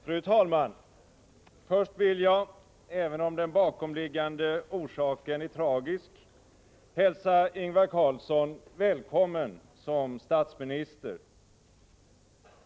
Fru talman! Först vill jag, även om den bakomliggande orsaken är tragisk, hälsa Ingvar Carlsson välkommen som statsminister.